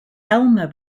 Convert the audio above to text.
elmer